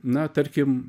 na tarkim